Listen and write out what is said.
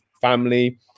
family